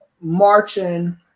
marching